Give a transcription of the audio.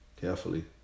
carefully